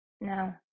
no